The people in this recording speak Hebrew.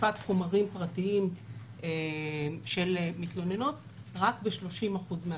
לחשיפת חומרים פרטיים של מתלוננות רק ב-30% מהתיקים.